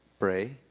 pray